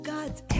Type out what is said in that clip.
God's